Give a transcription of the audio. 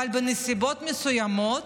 אבל בנסיבות מסוימות,